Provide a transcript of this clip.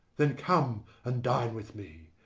then come and dine with me,